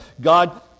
God